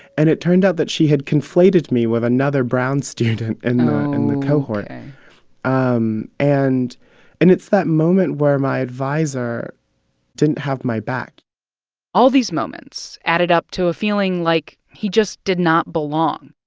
and it turned out that she had conflated me with another brown student in the cohort ok and um and and it's that moment where my advisor didn't have my back all these moments added up to a feeling like he just did not belong.